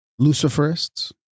Luciferists